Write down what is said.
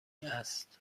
است